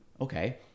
Okay